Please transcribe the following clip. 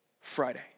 Friday